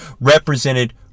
represented